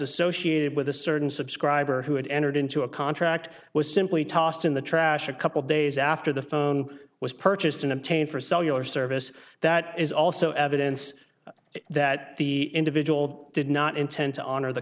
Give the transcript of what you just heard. associated with a certain subscriber who had entered into a contract was simply tossed in the trash a couple days after the phone was purchased and obtained for cellular service that is also evidence that the individual did not intend to honor the